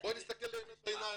בוא נסתכל לאמת בעיניים.